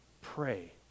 Pray